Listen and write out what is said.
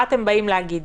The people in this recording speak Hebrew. מה אתם באים להגיד?